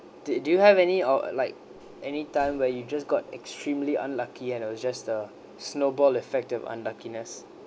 do do you have any or like anytime where you just got extremely unlucky and it was just a snowball effect of unluckiness